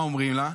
מה אומרים לה: